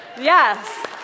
Yes